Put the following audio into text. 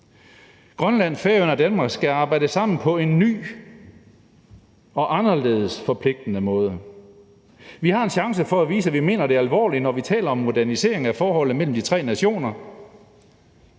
Grønland, Færøerne og Danmark skal arbejde sammen på en ny og anderledes forpligtende måde. Vi har en chance for at vise, at vi mener det alvorligt, når vi taler om modernisering af forholdet mellem de tre nationer.